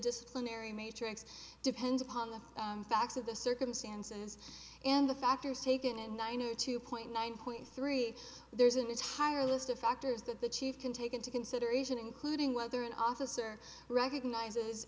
disciplinary matrix depends upon the facts of the circumstances in the factors taken in nine or two point nine point three there's an entire list of factors that the chief can take into consideration including whether an officer recognizes